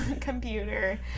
computer